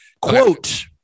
Quote